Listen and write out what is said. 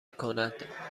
کند